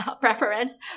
preference